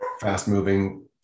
fast-moving